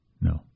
No